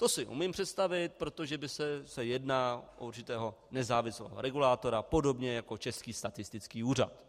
To si umím představit, protože se jedná o určitého nezávislého regulátora, podobně jako Český statistický úřad.